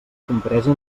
compresa